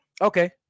Okay